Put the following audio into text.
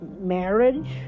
marriage